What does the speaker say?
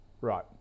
right